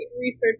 research